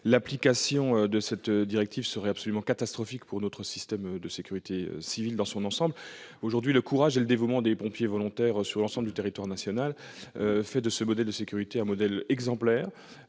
L'application de cette directive serait absolument catastrophique pour notre système de sécurité civile dans son ensemble. Aujourd'hui, le courage et le dévouement des pompiers volontaires sur l'ensemble du territoire national font de ce modèle de sécurité un modèle exemplaire.